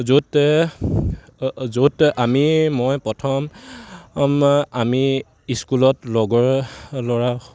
য'ত য'ত আমি মই প্ৰথম আম আমি স্কুলত লগৰ ল'ৰা